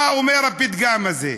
מה אומר הפתגם הזה?